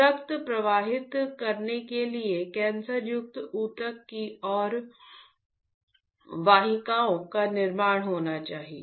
तो रक्त प्रवाहित करने के लिए कैंसरयुक्त ऊतक की ओर वाहिकाओं का निर्माण होना चाहिए